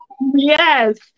Yes